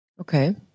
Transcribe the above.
okay